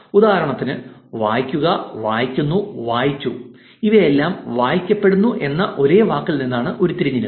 ഉദാഹരണത്തിന് വായിക്കുക വായിക്കുന്നു വായിച്ചു ഇവയെല്ലാം വായിക്കപ്പെടുന്നു എന്ന ഒരേ വാക്കിൽ നിന്നാണ് ഉരുത്തിരിഞ്ഞത്